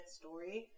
story